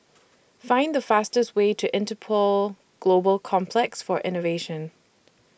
Find The fastest Way to Interpol Global Complex For Innovation